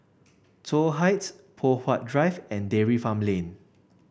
Toh Heights Poh Huat Drive and Dairy Farm Lane